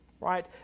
right